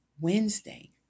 Wednesday